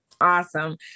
Awesome